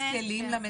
יש לנו סט כלים למנהל.